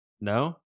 No